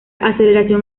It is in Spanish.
aceleración